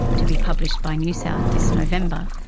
to be published by new south this november,